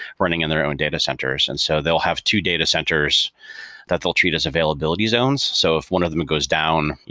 running in their own data centers. and so they'll have two data centers that they'll treat as availability zone. so so if one of them goes down,